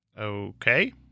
Okay